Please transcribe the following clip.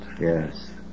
Yes